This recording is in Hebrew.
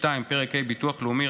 פרק ה' ביטוח לאומי,